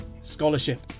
Scholarship